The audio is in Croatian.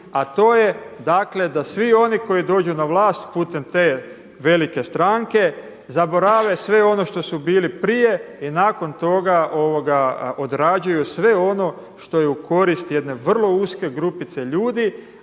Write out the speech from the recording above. a to je da svi oni koji dođu na vlast putem te velike stranke zaborava sve ono što su bili prije i nakon toga odrađuju sve ono što je u korist jedne vrlo uske grupice ljudi,